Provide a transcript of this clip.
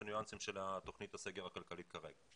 הניואנסים של תוכנית הסגר הכלכלית כרגע,